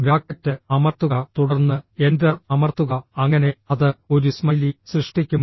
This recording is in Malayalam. ബ്രാക്കറ്റ് അമർത്തുക തുടർന്ന് എൻ്റർ അമർത്തുക അങ്ങനെ അത് ഒരു സ്മൈലി സൃഷ്ടിക്കും